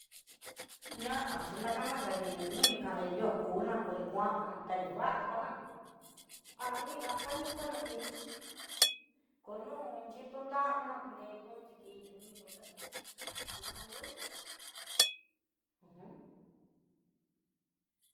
Ña'a xhi nakada kadi nonikanya nrio kuna, kodi kuan ná ta nrio vakana, anani na'a kani cuenna kini, kono xhiton davina konre kono ti kii tuni vuelta kani tujandiol uj.